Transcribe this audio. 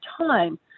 time